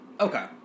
Okay